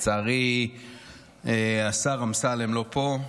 לצערי השר אמסלם לא פה.